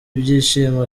ibyishimo